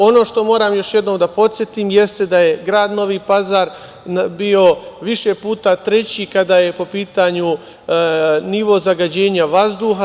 Ono što moram još jednom da podsetim, da je grad Novi Pazar bio više puta treći kada je u pitanju nivo zagađenja vazduha.